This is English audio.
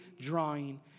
drawing